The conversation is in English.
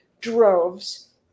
droves